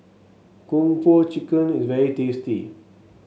Kung Po Chicken is very tasty